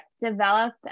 develop